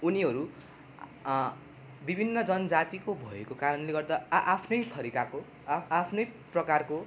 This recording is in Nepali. उनीहरू विभिन्न जनजातिको भएको कारणले गर्दा आआफ्नै थरीकाको आआफ्नै प्रकारको